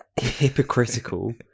hypocritical